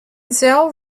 zell